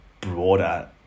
broader